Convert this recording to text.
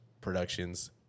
productions